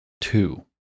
Two